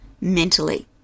mentally